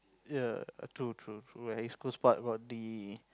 ya true true true at East Coast Park got the